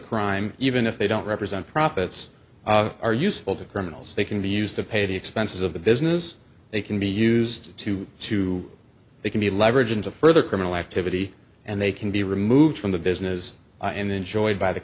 crime even if they don't represent profits are useful to criminals they can be used to pay the expenses of the business they can be used to sue they can be leveraged into further criminal activity and they can be removed from the business and enjoyed by the